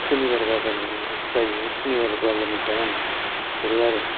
सनिबार बाजार जायो सनिबार बाजारनिफ्राय आं हरो आरो